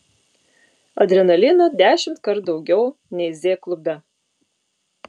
adrenalino dešimtkart daugiau nei z klube